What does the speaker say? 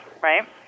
right